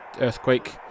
Earthquake